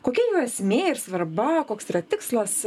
kokia jo esmė ir svarba koks yra tikslas